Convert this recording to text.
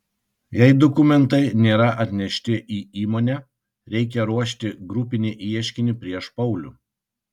jei dokumentai nėra atnešti į įmonę reikia ruošti grupinį ieškinį prieš paulių